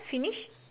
finish